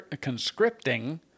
conscripting